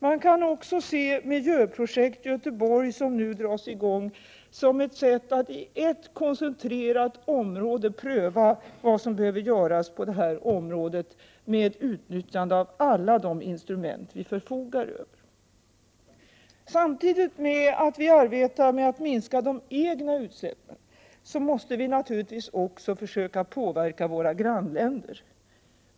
Man kan också se miljöprojektet i Göteborg som nu dras i gång som ett sätt att i ett koncentrerat område pröva vad som behöver göras med utnyttjande av alla de instrument vi förfogar över. Samtidigt med att vi arbetar med att minska de egna utsläppen måste vi naturligtvis också försöka påverka våra grannländer.